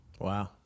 Wow